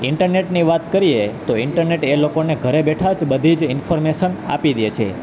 ઈન્ટરનેટની વાત કરીએ તો ઈન્ટરનેટ એ લોકોને ઘરે બેઠા જ બધી જ ઇન્ફોર્મેશન આપી દે છે